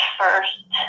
first